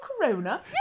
Corona